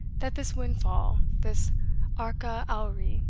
that this windfall this arca auri,